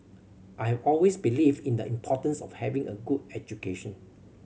I have always believed in the importance of having a good education